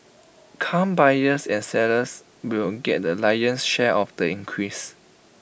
car buyers and sellers will get the lion's share of the increase